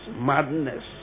madness